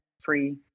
free